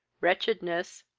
wretchedness,